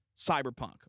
cyberpunk